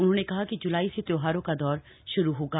उन्होंने कहा कि जुलाई से त्योहारों का दौर श्रू होगा